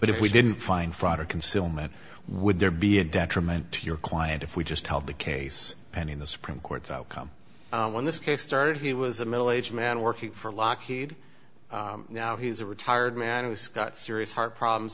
but if we didn't find fraud or concealment would there be a detriment to your client if we just held the case pending the supreme court's outcome when this case started he was a middle aged man working for lockheed now he's a retired man who's got serious heart problems